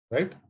Right